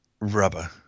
rubber